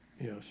yes